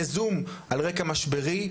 יזום על רקע משברי,